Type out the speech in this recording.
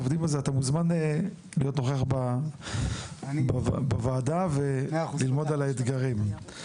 אתה מוזמן להיות נוכח בוועדה וללמוד על האתגרים.